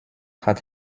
had